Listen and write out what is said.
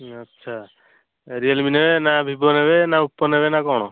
ଆଚ୍ଛା Realme ନେବେ ନା ଭିବୋ ନେବେ ନା ଓପୋ ନେବେ ନା କ'ଣ